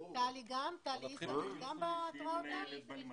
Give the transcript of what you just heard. נתחיל מצאלה.